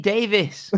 Davis